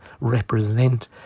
represent